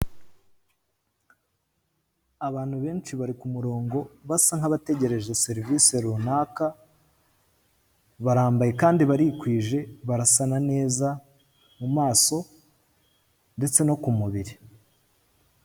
Abantu benshi bari ku murongo basa nkabategereje serivisi runaka, barambaye kandi barikwije barasa na neza mu maso ndetse no ku mubiri.